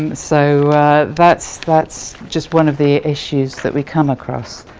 um so that's that's just one of the issues that we come across.